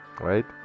Right